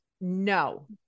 No